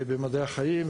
במדעי החיים,